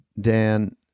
Dan